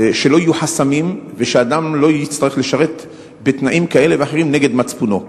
שלא יהיו חסמים ואדם לא יצטרך לשרת בתנאים כאלה ואחרים נגד מצפונו.